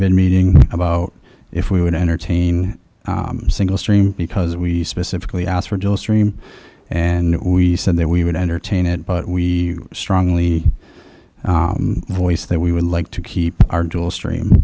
big meeting about if we would entertain single stream because we specifically asked for dual stream and we said that we would entertain it but we strongly voice that we would like to keep our dual stream